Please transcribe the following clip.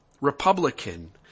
Republican